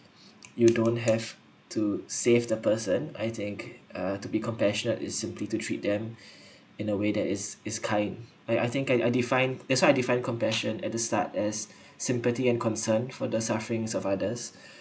you don't have to save the person I think uh to be compassionate is simply to treat them in a way that is is kind I I think I I define that's why I defined compassion at the start as sympathy and concern for the sufferings of others